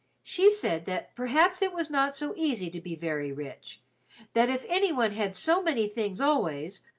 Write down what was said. she said that perhaps it was not so easy to be very rich that if any one had so many things always,